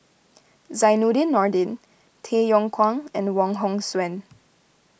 Zainudin Nordin Tay Yong Kwang and Wong Hong Suen